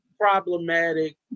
problematic